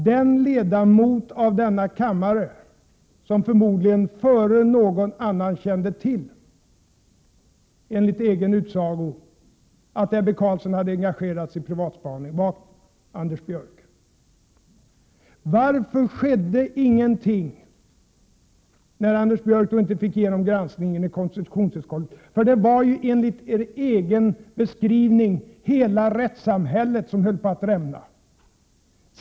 Den ledamot av denna kammare som len mage förmodligen före någon annan — enligt egen utsago — kände till att Ebbe Carlsson hade engagerats i privatspaning var Anders Björck. Varför skedde ingenting när Anders Björck inte fick igenom en granskning i konstitutionsutskottet? Det var ju enligt er egen beskrivning hela rättssamhället som höll på att rämna!